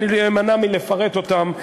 אני אמנע מלפרט אותם,